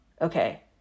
Okay